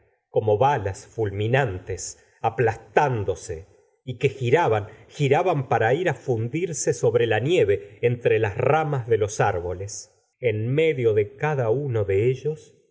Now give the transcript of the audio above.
como balas fulminantes aplastándose y que giraban giraban para ir á fundirse sobre la nieve entre las ramas de los árboles en medio de cada uno de ellos